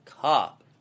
cop